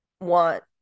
want